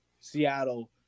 Seattle